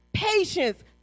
patience